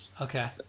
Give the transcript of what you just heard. Okay